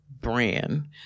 brand